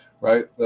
right